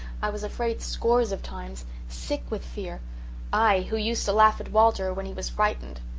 i was afraid scores of times sick with fear i who used to laugh at walter when he was frightened.